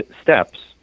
steps